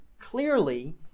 Clearly